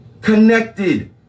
Connected